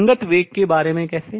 संगत वेग के बारे में कैसे